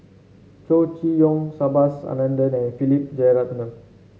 Chow Chee Yong Subhas Anandan and Philip Jeyaretnam